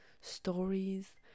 stories